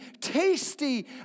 tasty